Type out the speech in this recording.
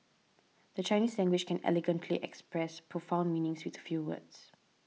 the Chinese language can elegantly express profound meanings with few words